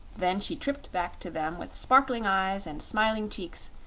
then she tripped back to them with sparkling eyes and smiling cheeks,